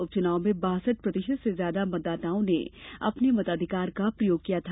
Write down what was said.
उपच्नाव में बासठ प्रतिषत से ज्यादा मतदाताओं ने अपने मताधिकार का प्रयोग किया था